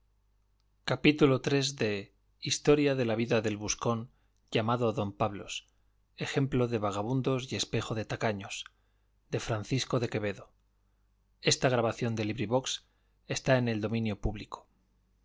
gutenberg ebook historia historia de la vida del buscón llamado don pablos ejemplo de vagamundos y espejo de tacaños de francisco de quevedo y villegas libro primero capítulo i en que